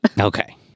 Okay